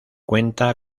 cuenta